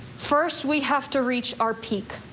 first we have to reach our peak,